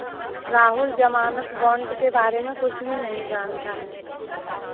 राहुल ज़मानत बॉण्ड के बारे में कुछ भी नहीं जानता है